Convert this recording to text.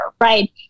right